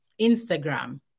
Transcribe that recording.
Instagram